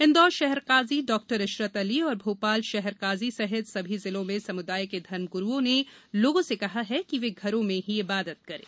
इंदौर शहर काजी डाक्टर इशरत अली और भोपाल शहर काजी सहित सभी जिलों में समुदाय के धर्मगुरूओं ने लोगों से कहा है कि वे घरों में ही इबादत करें